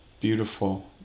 Beautiful